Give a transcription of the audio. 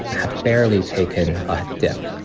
have barely taken a dip.